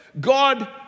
God